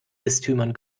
bistümern